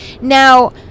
now